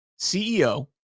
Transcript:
ceo